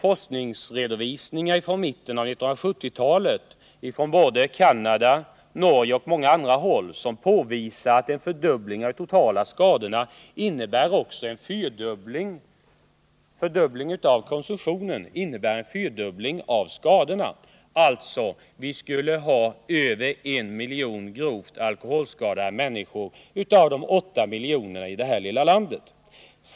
Forskningsresultat från mitten av 1970-talet från bl.a. Canada, Norge och många andra länder visar att en fördubbling av konsumtionen innebär en fyrdubbling av skadornas omfattning, vilket skulle innebära mer än en miljon gravt alkoholskadade människor av de åtta miljonerna i det här lilla landet.